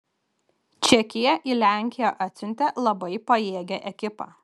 čekija į lenkiją atsiuntė labai pajėgią ekipą